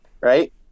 right